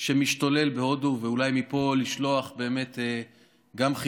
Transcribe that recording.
שמשתולל בהודו, ואולי מפה לשלוח גם חיזוק.